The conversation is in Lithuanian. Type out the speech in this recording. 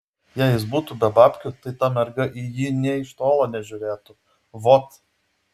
jei jis butų be babkių tai ta merga į jį nė iš tolo nežiūrėtų vot